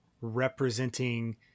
representing